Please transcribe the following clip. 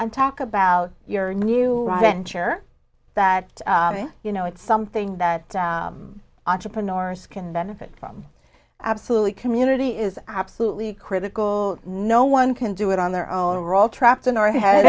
and talk about your new venture that you know it's something that entrepreneurs can benefit from absolutely community is absolutely critical no one can do it on their own or all trapped in their head